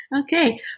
Okay